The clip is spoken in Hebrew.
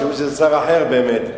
יחשבו שזה שר אחר באמת.